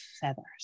feathers